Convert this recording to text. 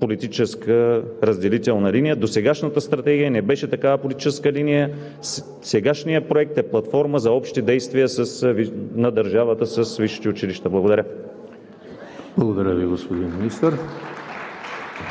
политическа разделителна линия. Досегашната стратегия не беше такава политическа линия. Сегашният проект е платформа за общи действия на държавата с висшите училища. Благодаря. (Ръкопляскания от